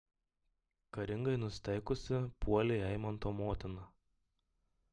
karingai nusiteikusi puolė eimanto motina